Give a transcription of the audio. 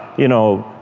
you know,